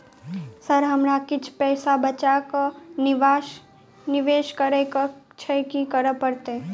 Sir हमरा किछ पैसा बचा कऽ निवेश करऽ केँ छैय की करऽ परतै?